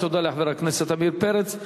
תודה לחבר הכנסת עמיר פרץ.